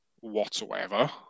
whatsoever